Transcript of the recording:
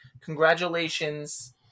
Congratulations